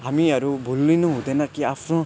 हामीहरू भुलिनु हुँदैन कि आफ्नो